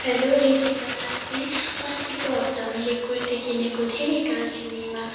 hello Ritika साथी अस्तिको हप्ता मैले कुर्ती किनेको थिएँ नि कालचिनीमा